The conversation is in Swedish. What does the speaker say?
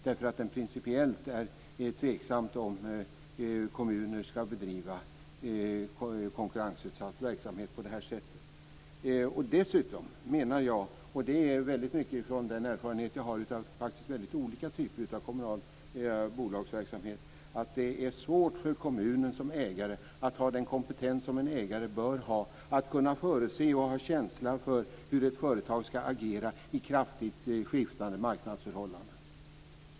Det är principiellt tveksamt om kommuner skall bedriva konkurrensutsatt verksamhet på det här sättet. Dessutom menar jag, och det är väldigt mycket utifrån den erfarenhet jag har från olika typer av kommunal bolagsverksamhet, att det är svårt för kommunen som ägare att ha den kompetens som en ägare bör ha att kunna förutse och ha känsla för hur ett företag skall agera i kraftigt skiftande marknadsförhållanden.